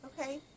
Okay